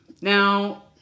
now